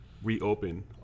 reopen